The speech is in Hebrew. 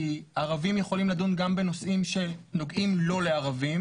ערבים יכולים לדון גם בנושאים שנוגעים לא לערבים